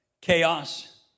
chaos